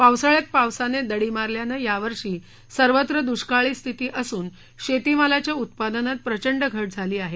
पावसाळ्यात पावसाने दडी मारल्यानं या वर्षी सर्वत्र दुष्काळी स्थिती असून शेतीमालाच्या उत्पादनात प्रचंड घट झाली आहे